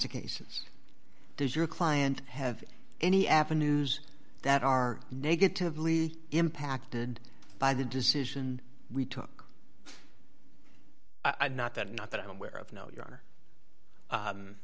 of cases does your client have any avenues that are negatively impacted by the decision we took not that not that i'm aware of no you